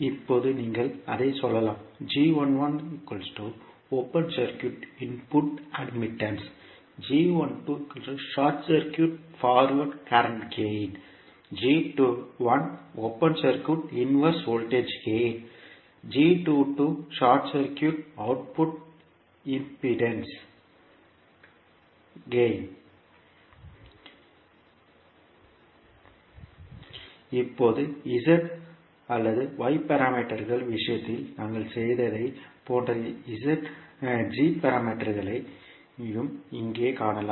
இப்போது நீங்கள் அதை சொல்லலாம் • g11 open circuit input admittance • g12 short circuit forward current gain • g21 open circuit inverse voltage gain • g22 short circuit output impedance gain இப்போது z அல்லது y பாராமீட்டர்கள் விஷயத்தில் நாங்கள் செய்ததைப் போன்ற g பாராமீட்டர்களையும் இங்கே காணலாம்